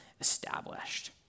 established